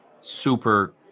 super